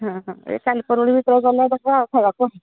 ହଁ ହଁ ଏଇ କାଲି ପରଦିନ ଭିତରେ ଗଲେ ଖାଇବାକୁ